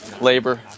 labor